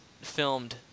filmed